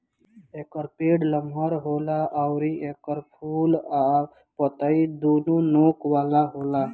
एकर पेड़ लमहर होला अउरी एकर फूल आ पतइ दूनो नोक वाला होला